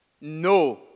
No